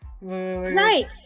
right